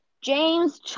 James